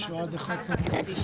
במשך חודשים.